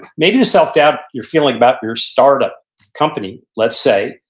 maybe the self-doubt you're feeling about your startup company, let's say,